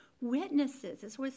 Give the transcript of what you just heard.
witnesses